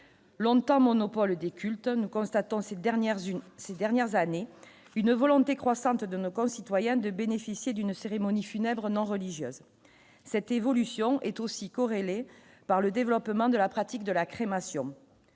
longtemps monopole des cultes, nous constatons ces dernières une ces dernières années une volonté croissante de nos concitoyens, de bénéficier d'une cérémonie funèbre non religieuse, cette évolution est aussi corrélée par le développement de la pratique de la crémation